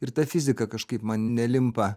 ir ta fizika kažkaip man nelimpa